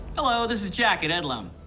hello, this is jack at edloan.